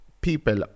People